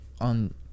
on